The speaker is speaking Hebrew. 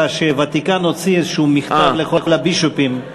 שהוותיקן הוציא איזשהו מכתב לכל הבישופים.